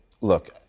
look